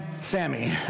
Sammy